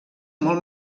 molt